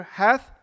hath